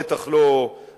בטח לא עבורי,